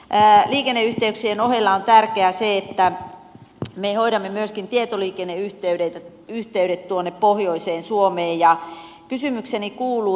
liikenneyhteyksien ohella on tärkeää se että me hoidamme myöskin tietoliikenneyhteydet tuonne pohjoiseen suomeen ja kysymykseni kuuluu